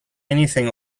anything